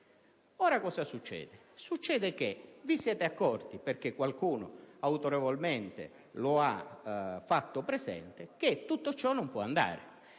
ora cosa succede? Vi siete accorti, perché qualcuno autorevolmente lo ha fatto presente, che tutto ciò non può andare.